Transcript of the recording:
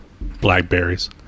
blackberries